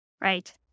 Right